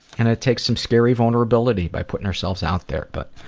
and it takes some scary vulnerability by putting ourselves out there. but